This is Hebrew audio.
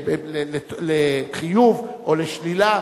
לחיוב או לשלילה.